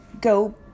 go